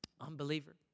Unbeliever